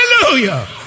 Hallelujah